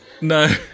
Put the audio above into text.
No